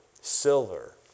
silver